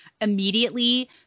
immediately